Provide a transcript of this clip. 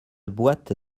boîte